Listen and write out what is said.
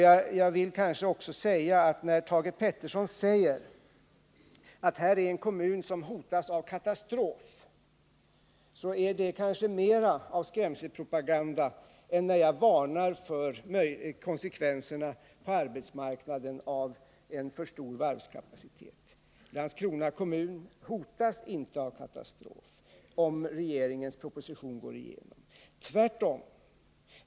När Thage Peterson säger att den aktuella kommunen hotas av katastrof, är det kanske mer av skrämselpropaganda än när jag varnar för konsekvenserna på arbetsmarknaden av en för stor varvskapacitet. Landskrona kommun hotas inte av katastrof om regeringens proposition går igenom, tvärtom.